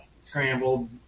scrambled